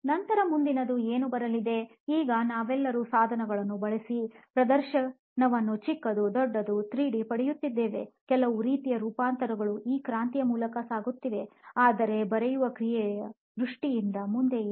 ನಂತರ ಮುಂದಿನದು ಏನು ಬರಲಿದೆ ಈಗ ನಾವೆಲ್ಲರೂ ಸಾಧನಗಳನ್ನೂ ಬಳಿಸಿ ಪ್ರದರ್ಶನವನ್ನು ಚಿಕ್ಕದು ದೊಡ್ಡದು 3D ಪಡೆಯುತ್ತಿದ್ದೇವೆ ಕೆಲವು ರೀತಿಯ ರೂಪಾಂತರಗಳು ಈ ಕ್ರಾಂತಿ ಮೂಲಕ ಸಾಗುತ್ತಿದೆ ಆದರೆ ಬರೆಯುವ ಕ್ರಿಯೆಯ ದೃಷ್ಟಿಯಿಂದ ಮುಂದೆ ಏನು